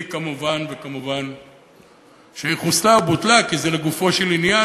היא כמובן חוסלה ובוטלה, כי זה לגופו של עניין.